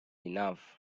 enough